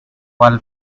wall